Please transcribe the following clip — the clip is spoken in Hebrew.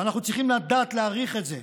ואנחנו צריכים לדעת להעריך את זה,